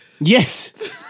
Yes